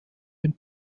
dem